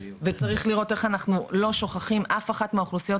צריך לראות איך אנחנו לא שוכחים אף אחת מהאוכלוסיות